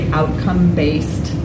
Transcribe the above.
outcome-based